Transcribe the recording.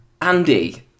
Andy